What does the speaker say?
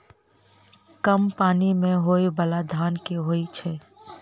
कम पानि मे होइ बाला धान केँ होइ छैय?